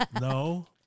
No